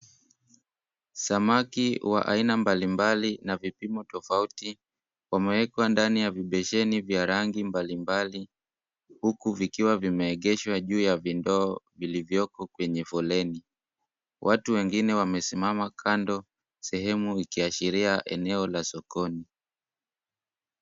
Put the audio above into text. Samaki wa aina mbali mbali na vipimo tofauti wameekewa ndani vibeseni ya vya rangi mbali mbali huku vikiwa vimeegeshwa juu ya vindoo vilivyoko kwenye foleni. Watu wengine wamesimama kando sehemu ikiashiria eneo la sokoni.